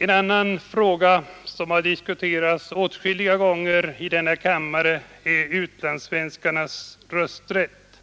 En annan fråga, som har diskuterats åtskilliga gånger i denna kammare, är utlandssvenskarnas rösträtt.